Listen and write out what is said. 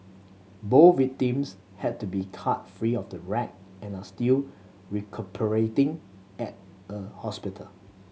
both victims had to be cut free of the wreck and are still recuperating at a hospital